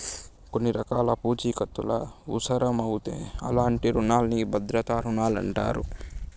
కొన్ని రకాల పూఛీకత్తులవుసరమవుతే అలాంటి రునాల్ని భద్రతా రుణాలంటారు